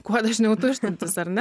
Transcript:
kuo dažniau tuštintis ar ne